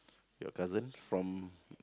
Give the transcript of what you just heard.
your cousin from